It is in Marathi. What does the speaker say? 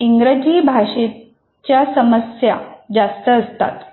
इंग्रजी भाषेच्या समस्या जास्त असतात